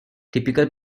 typical